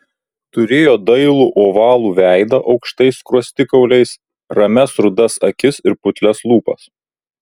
turėjo dailų ovalų veidą aukštais skruostikauliais ramias rudas akis ir putlias lūpas